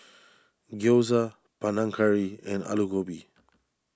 Gyoza Panang Curry and Alu Gobi